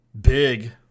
big